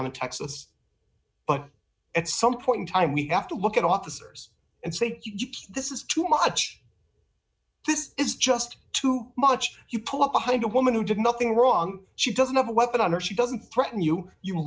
i'm in texas but at some point in time we have to look at officers and say this is too much this is just too much you pull up behind a woman who did nothing wrong she doesn't have a weapon on her she doesn't threaten you you